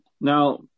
Now